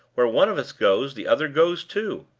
where one of us goes, the other goes too!